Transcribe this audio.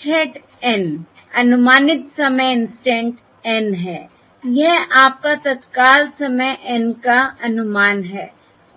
h hat N अनुमानित समय instant N है यह आपका तत्काल समय N का अनुमान है